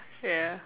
ya